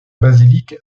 basilique